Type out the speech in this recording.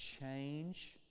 change